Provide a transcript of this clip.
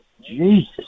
Jesus